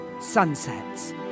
Sunsets